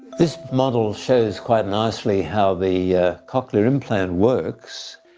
this model shows quite nicely how the ah cochlear implant works.